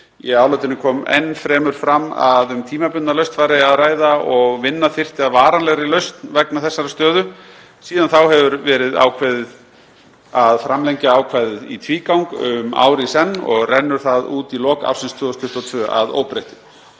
Í álitinu kom enn fremur fram að um tímabundna lausn væri að ræða og vinna þyrfti að varanlegri lausn vegna þessarar stöðu. Síðan þá hefur ákvæðið verið framlengt í tvígang um ár í senn en það rennur út í lok ársins 2022 að óbreyttu.